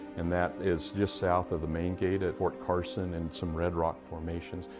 and that is just south of the main gate at fort carson and some red rock formations.